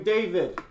David